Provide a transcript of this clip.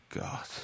God